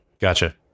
Gotcha